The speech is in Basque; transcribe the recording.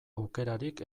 aukerarik